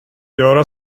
göra